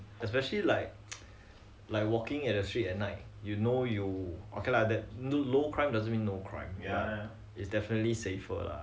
especially like like walking at the street at night you know you okay lah that low crime doesn't mean no crime it's definitely safer lah